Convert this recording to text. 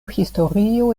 historio